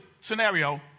scenario